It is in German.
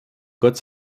gott